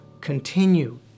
continue